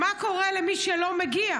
מה קורה למי שלא מגיע?